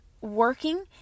working